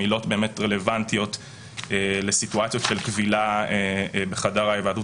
עילות רלוונטיות לסיטואציות של כבילה בחדר ההיוועדות